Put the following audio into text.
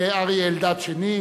חבר הכנסת אריה אלדד שני,